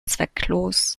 zwecklos